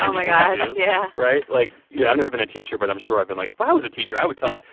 my gosh. yeah right. like, yeah, i've never been a teacher, but i'm sure i've been like, if i was a teacher, i would tell. yeah.